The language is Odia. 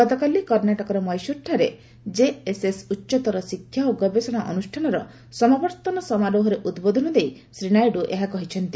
ଗତକାଲି କର୍ଣ୍ଣାଟକର ମହିଶୁରଠାରେ ଜେଏସ୍ଏସ୍ ଉଚ୍ଚତର ଶିକ୍ଷା ଓ ଗବେଷଣା ଅନୁଷ୍ଠାନର ସମାବର୍ଭନ ସମାରୋହରେ ଉଦ୍ବୋଧନ ଦେଇ ଶ୍ରୀ ନାଇଡୁ ଏହା କହିଛନ୍ତି